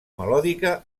melòdica